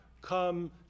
come